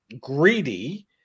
greedy